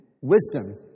wisdom